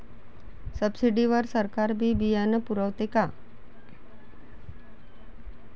Subsidy वर सरकार बी बियानं पुरवते का?